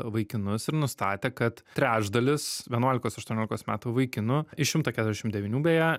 vaikinus ir nustatė kad trečdalis vienuolikos aštuoniolikos metų vaikinu iš šimtas keturiasdešim devynių beje